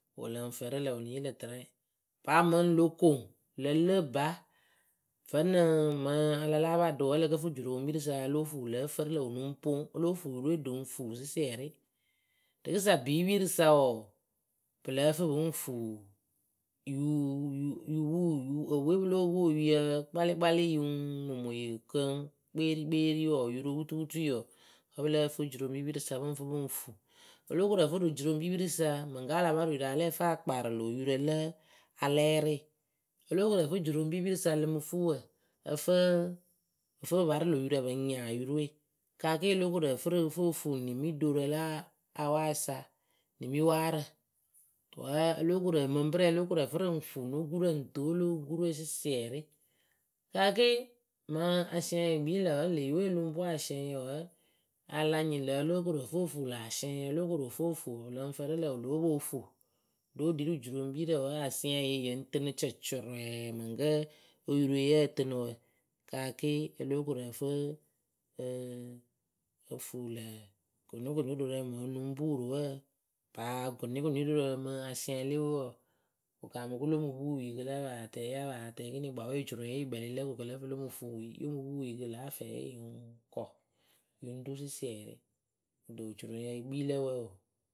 wɨ lɨŋ fɨ rǝ wǝ́ ǝ lǝ yee lǝ̈ tɨrɛ, paa mɨŋ lo koŋ lǝ lɨ ba vǝ́ nɨŋ mɨŋ a la láa parɨ ɖɨ wǝ́ ǝ lǝ kǝ fɨ juroŋpoŋpirǝ sa a ya lóo fuu wɨ lǝ́ǝ fǝrɨ lǝ̈ wɨ lɨŋ poŋ o lóo fuu yurǝ we ɖɨŋ fuu sɩsiɛrɩ rɨkɨsa bipirǝ sa wǝǝ pɨ lǝ́ǝ fɨ pɨŋ fuu epǝ we pɨ lóo puu oyuyǝ kpalɩkpalɩ yɨŋ mumu yɨ kǝŋ kpeerikpeeri wǝǝ oyuroputuputui wǝǝ wǝ́ pɨ lǝ́ǝ fɨ juroŋpipirǝ sa pɨ ŋ fɨ pɨ ŋ fuu o lóo koru ǝ fɨ rɨ juroŋpipirǝ sa mɨŋkǝ a la parɨ yurǝ a la lɛ ǝ fɨ a kparɨ lö yurǝ la alɛɛrɩ o lóo koru ǝ fɨ juroŋpipirǝ sa lǝmɨ fuuwǝ ǝ fɨ pɨ fɨ pɨ parɨ lö yurǝ pɨŋ nyaa yurǝ we kaa ke o lóo koru ǝ fɨ rɨ ǝ fɨ o fuu nimiɖorǝ la awaasa nimiwaarǝ wǝ́ o lóo koru mɨŋ pɨrǝŋyǝ lóo koru ǝ fɨ rɨ ŋ fuu no gurǝ ŋ toolu gurǝ we sɩsiɛrɩ kaa ke mɨŋ asɩɛŋyǝ yɨ kpii lǝ̈ wǝ́ le yɨ we ǝ lɨŋ pu asiɛŋyǝ wǝ́ a la nyɩŋ lǝ̈ o lóo koru ǝ fɨ o fuu lä asiɛŋyǝ o lóo koru fo fuu wɨ lɨŋ fǝrɨ lǝ̈ wɨ lóo poŋ fuu ɖo ɖi rɨ juroŋpirǝ wǝ́ asiɛŋyǝ yɨŋ tɨnɨ cwɛcwɛrɛ mɨŋkǝ oyuroe yǝ́ǝ tɨnɨ wǝǝ kaa ke o lóo koru ǝ fɨ o fuu lǝ̈ gʊnɩkʊnɩrorǝ mɨŋ ǝ lɨŋ puu rɨ wǝǝ paa gʊnɩkʊnɩrorǝ mɨ asiɛŋyǝ le we wǝǝ wɨ kaamɨ kɨ lo mɨ puu yɨ kɨ la paa tɛŋ ya paa tɛŋ ekini kpawe ojuroŋyǝ we yɨ kpɛlɩ lǝ ko kɨ lǝ fɨ lo mɨ fuu yɨ yo mɨ puu yɨ kɨ lǎ afɛɛye yɨŋ kɔ yɨŋ ru sɩsiɛrɩ kɨto ocuroŋyǝ yɨ kpii lǝ wǝǝ oo.